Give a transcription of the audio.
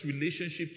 relationship